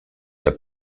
der